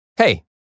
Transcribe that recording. Hey